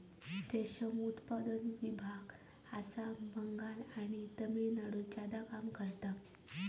रेशम उत्पादन विभाग आसाम, बंगाल आणि तामिळनाडुत ज्यादा काम करता